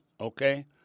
okay